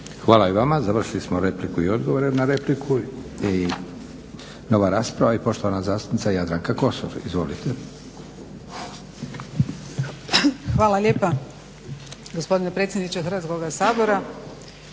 Hvala lijepa. Završili smo repliku i odgovore na repliku. Nova rasprava i poštovana zastupnica Jadranka Kosor. Izvolite. **Kosor, Jadranka (HDZ)** Hvala lijepa gospodine predsjedniče Hrvatskoga sabora.